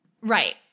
Right